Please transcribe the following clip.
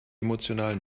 emotional